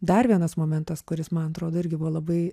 dar vienas momentas kuris man atrodo irgi buvo labai